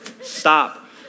stop